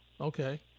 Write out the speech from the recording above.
Okay